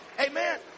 Amen